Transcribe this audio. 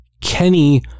Kenny